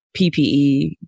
PPE